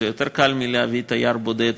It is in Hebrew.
זה יותר קל מלהביא תייר בודד,